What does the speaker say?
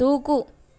దూకు